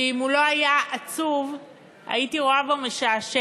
שאם הוא לא היה עצוב הייתי רואה בו משעשע,